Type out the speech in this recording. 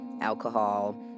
alcohol